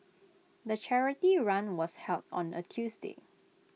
the charity run was held on A Tuesday